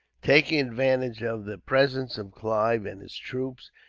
taking advantage of the presence of clive and his troops,